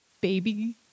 Baby